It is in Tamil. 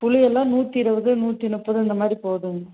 புளியெல்லாம் நூற்றி இருபது நூற்றி முப்பது இந்த மாதிரி போதுங்க